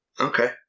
Okay